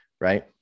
Right